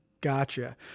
Gotcha